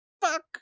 fuck